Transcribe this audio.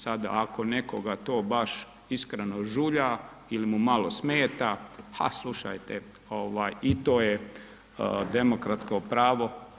Sada ako nekoga to baš iskreno žulja ili mu malo smeta, a slušajte ovaj i to je demokratsko pravo.